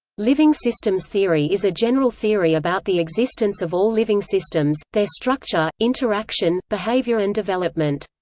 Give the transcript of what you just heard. living systems theory is a general theory about the existence of all living systems, their structure, interaction, behavior and development.